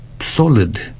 solid